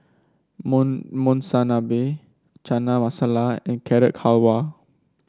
Monsunabe Chana Masala and Carrot Halwa